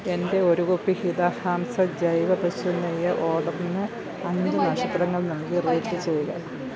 എന്റെ ഒരു കുപ്പി ഹിത ഫാംസ് ജൈവ പശു നെയ്യ് ഓർഡറിന് അഞ്ച് നക്ഷത്രങ്ങൾ നൽകി റേറ്റ് ചെയ്യുക